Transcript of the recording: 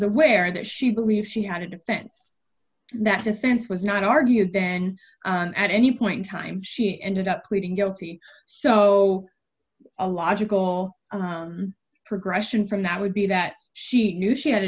aware that she believed she had a defense that defense was not argued then at any point in time she ended up pleading guilty so a logical progression from that would be that she knew she had a